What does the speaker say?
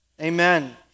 Amen